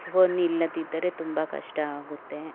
phone ಇಲ್ಲದಿದ್ದರೆ ತುಂಬ ಕಷ್ಟ ಆಗುತ್ತೆ